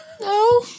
No